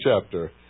chapter